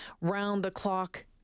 round-the-clock